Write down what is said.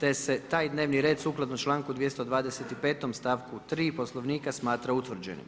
te se taj dnevni red sukladno članku 225. stavku 3. Poslovnika smatram utvrđenim.